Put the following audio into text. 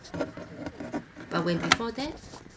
but when before that